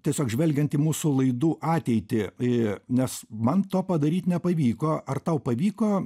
tiesiog žvelgiant į mūsų laidų ateitį nes man to padaryt nepavyko ar tau pavyko